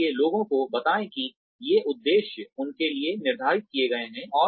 इसलिए लोगों को बताएं कि ये उद्देश्य उनके लिए निर्धारित किए गए हैं